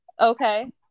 okay